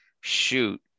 shoot